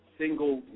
single